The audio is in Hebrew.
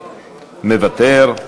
מוותר.